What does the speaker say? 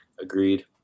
Agreed